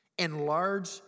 enlarge